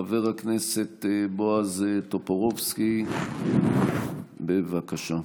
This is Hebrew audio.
חבר הכנסת בועז טופורובסקי, בבקשה.